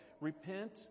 Repent